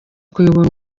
kuyobora